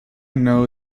know